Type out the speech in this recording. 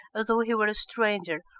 as though he was a stranger,